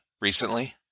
recently